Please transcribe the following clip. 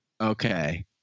Okay